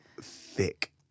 Thick